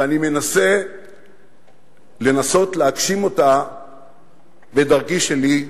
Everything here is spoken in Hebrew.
ואני מנסה לנסות להגשים אותה בדרכי שלי,